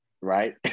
Right